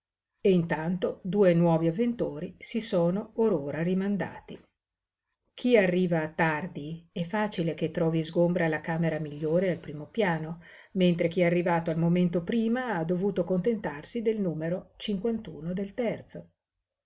e intanto due nuovi avventori si sono or ora rimandati chi arriva tardi è facile che trovi sgombra la camera migliore al primo piano mentre chi è arrivato un momento prima ha dovuto contentarsi del numero cinquant del terzo